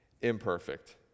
imperfect